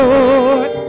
Lord